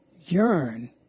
yearn